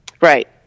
Right